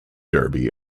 derby